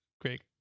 great